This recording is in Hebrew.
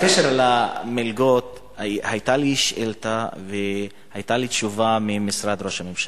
בקשר למלגות היתה לי שאילתא והיתה לי תשובה ממשרד ראש הממשלה.